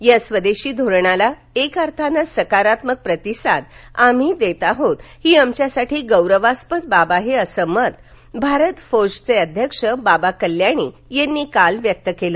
या स्वदेशी धोरणास एका अर्थाने सकारात्मक प्रतिसाद आम्ही देत आहोत ही आमच्यासाठी गौरवास्पद बाब आहे असं मत भारत फोर्जचे अध्यक्ष बाबा कल्याणी यांनी आज व्यक्त केलं